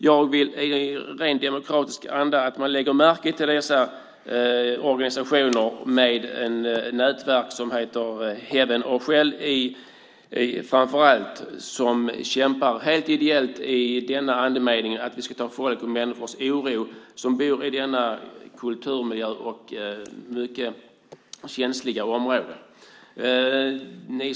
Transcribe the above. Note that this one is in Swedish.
Jag vill i rent demokratisk anda att man lägger märke till dessa organisationer, framför allt ett nätverk som heter Heaven or Shell, som kämpar helt ideellt i den andemeningen att vi ska ta oron på allvar hos de människor som bor i denna kulturmiljö och detta mycket känsliga område.